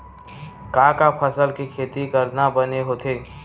का का फसल के खेती करना बने होथे?